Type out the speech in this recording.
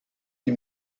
die